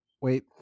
wait